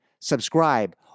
subscribe